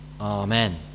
Amen